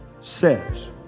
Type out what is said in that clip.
says